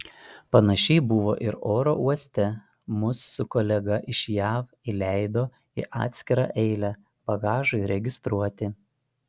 panašiai buvo ir oro uoste mus su kolega iš jav įleido į atskirą eilę bagažui registruoti